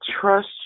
trust